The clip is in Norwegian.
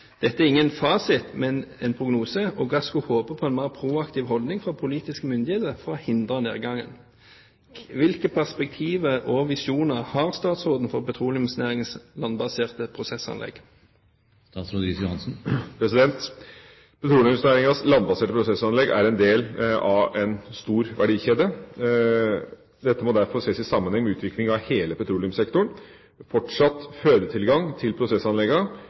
Dette er dog ingen fasit, men en prognose, og Gassco håper på en mer proaktiv holdning fra politiske myndigheter for å hindre nedgangen. Hvilke perspektiver og visjoner har statsråden for petroleumsnæringens landbaserte prosessanlegg?» Petroleumsnæringas landbaserte prosessanlegg er en del av en stor verdikjede. Dette må derfor ses i sammenheng med utviklinga av hele petroleumssektoren. Fortsatt fødetilgang til